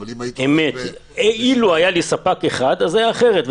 אבל אם היית עובד --- אילו היה לי ספק אחד אז היה אחרת.